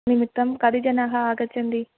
निमित्तं कति जनाः आगच्छन्ति